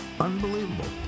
unbelievable